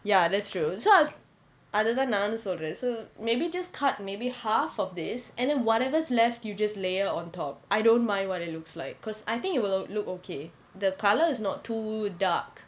ya that's true so I was அது தான் நானும் சொல்றேன்:athu thaan naanum solren so maybe just cut maybe half of this and then whatever's left you just layer on top I don't mind what it looks like because I think it will look okay the colour is not too dark